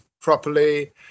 properly